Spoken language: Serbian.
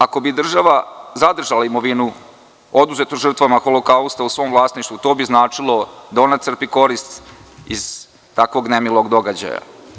Ako bi država zadržala imovinu oduzetu žrtvama Holokausta u svom vlasništvu, to bi značilo da ona crpi korist iz takvog nemilog događaja.